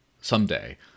someday